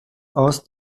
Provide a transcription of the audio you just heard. aus